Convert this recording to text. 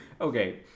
Okay